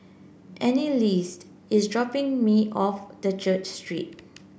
Anneliese is dropping me off at Church Street